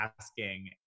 asking